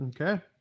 Okay